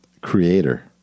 creator